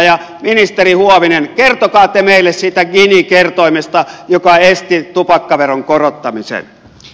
ja ministeri huovinen kertokaa te meille siitä gini kertoimesta joka esti tupakkaveron korottamisen